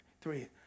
three